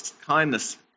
kindness